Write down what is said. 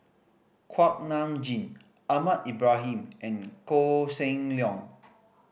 Kuak Nam Jin Ahmad Ibrahim and Koh Seng Leong